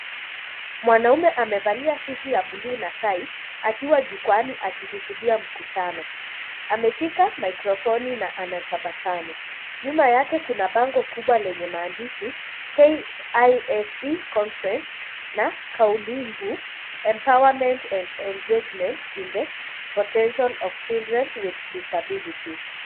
Mwanaume amevalia suti la bluu na tai, akiwa jukwaani akihutubia mkutano, ameshika mikrofoni na anatabasamu, nyuma yake kuna bango kubwa lenye maandishi KISE conference na kauli mvu empowerment and engagement in the potential of children with disabilities .